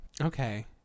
Okay